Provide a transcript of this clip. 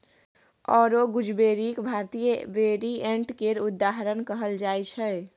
औरा गुजबेरीक भारतीय वेरिएंट केर उदाहरण कहल जाइ छै